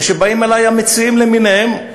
וכשבאים אלי המציעים למיניהם,